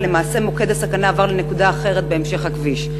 ולמעשה מוקד הסכנה עבר לנקודה אחרת בהמשך הכביש.